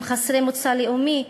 הם חסרי מוצא לאומי,